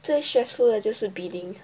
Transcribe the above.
这些除了就是 bidding